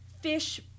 fish